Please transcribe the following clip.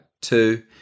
two